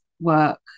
work